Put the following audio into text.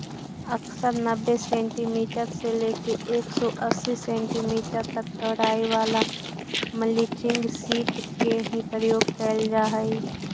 अक्सर नब्बे सेंटीमीटर से लेके एक सौ अस्सी सेंटीमीटर तक चौड़ाई वाला मल्चिंग सीट के ही प्रयोग कैल जा हई